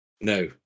No